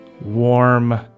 warm